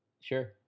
Sure